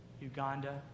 Uganda